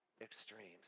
extremes